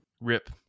Rip